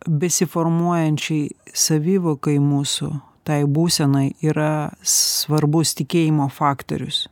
besiformuojančiai savivokai mūsų tai būsenai yra svarbus tikėjimo faktorius